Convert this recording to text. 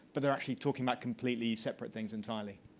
but they're actually talking about completely separate things entirely.